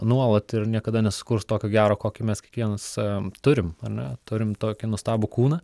nuolat ir niekada nesukurs tokio gero kokį mes kiekvienas a turim ar ne turime tokį nuostabų kūną